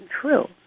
true